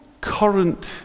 current